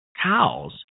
Cows